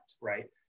right